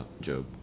Job